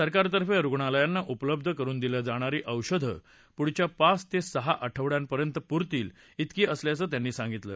सरकारतर्फे रुग्णालयांना उपलब्ध करुन दिली जाणारी औषधं पुढच्या पाच ते सहा आठवड्यापर्यंत पुरतील तिकी असल्याचं त्यांनी सांगितलं